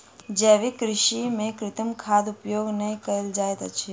जैविक कृषि में कृत्रिम खादक उपयोग नै कयल जाइत अछि